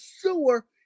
sewer